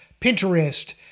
Pinterest